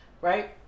right